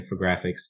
infographics